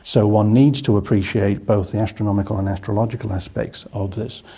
so one needs to appreciate both the astronomical and astrological aspects of this.